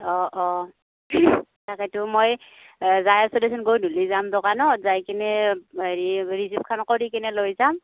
অঁ অঁ তাকেতো মই যাই আছোঁ দেচোন গৈ যাম দোকানত যাই কিনে হেৰি ৰিছিপ্টখন আকৌ দি কিনে লৈ যাম